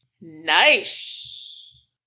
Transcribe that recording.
Nice